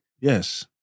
Yes